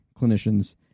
clinicians